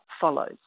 follows